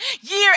year